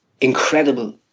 incredible